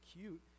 cute